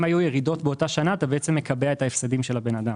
אם היו ירידות באותה שנה אתה בעצם מקבע את ההפסדים של האדם.